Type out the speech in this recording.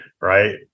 right